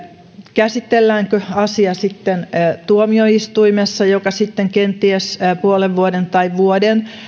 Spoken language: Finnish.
käsitelläänkö asia tuomioistuimessa joka sitten kenties puolen vuoden tai vuoden